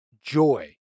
joy